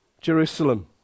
Jerusalem